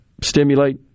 stimulate